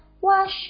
Wash